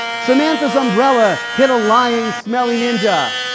samantha's umbrella hid a lying, smelly ninja.